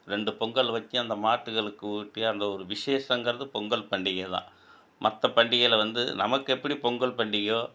ரெண்டு பொங்கல் வெச்சு அந்த மாடுகளுக்கு ஊட்டி அந்த ஒரு விசேஷங்கிறது பொங்கல் பண்டிகை தான் மற்ற பண்டிகையில் வந்து நமக்கு எப்படி பொங்கல் பண்டிகையோ